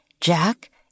Jack